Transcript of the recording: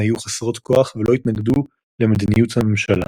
היו חסרות כוח ולא התנגדו למדיניות הממשלה.